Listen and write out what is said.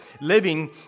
living